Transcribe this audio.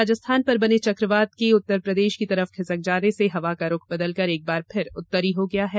मौसम राजस्थान पर बने चक्रवात के उत्तरप्रदेश की तरफ खिसक जाने से हवा का रुख बदलकर एक बार फिर उत्तरी हो गया है